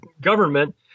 government